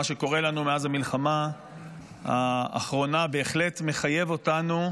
שקורה לנו מאז המלחמה האחרונה בהחלט מחייב אותנו,